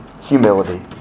Humility